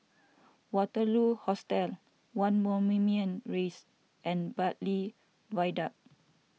Waterloo Hostel one Moulmein Rise and Bartley Viaduct